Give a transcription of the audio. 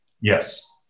Yes